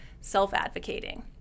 self-advocating